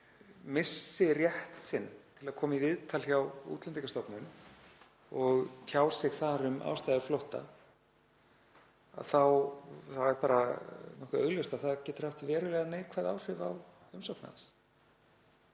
missti rétt sinn til að koma í viðtal hjá Útlendingastofnun og tjá sig þar um ástæður flótta þá er bara nokkuð augljóst að það getur haft verulega neikvæð áhrif á umsókn hans.